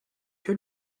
que